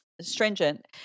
stringent